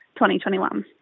2021